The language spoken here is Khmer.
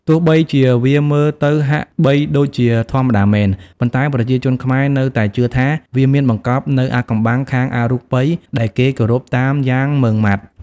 ទោះបីជាវាមើលទៅហាក់បីដូចជាធម្មតាមែន ប៉ុន្តែប្រជាជនខ្មែរនៅតែជឿថា វាមានបង្កប់នៅអាថ៌កំបាំងខាងអរូបិយដែលគេគោរពតាមយ៉ាងមុឺងមាត់។